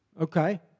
Okay